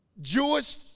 Jewish